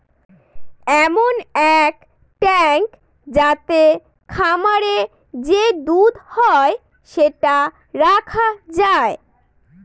এমন এক ট্যাঙ্ক যাতে খামারে যে দুধ হয় সেটা রাখা যায়